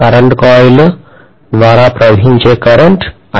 current coil ద్వారా ప్రవహించే current IA